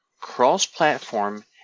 cross-platform